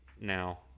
now